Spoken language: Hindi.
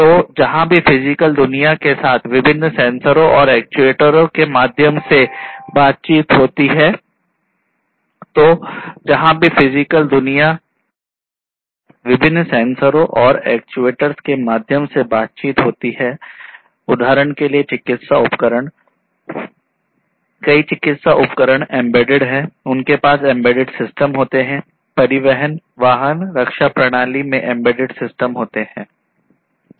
तो जहां भी फिजिकल दुनिया के साथ विभिन्न सेंसरों और एक्चुएटर्स के माध्यम से बातचीत होती है उदाहरण के लिए चिकित्सा उपकरण कई चिकित्सा उपकरण एम्बेडेड हैं उनके पास एम्बेडेड सिस्टम होते हैं परिवहन वाहन रक्षा प्रणाली में एम्बेडेड सिस्टम होते हैं